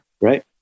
Right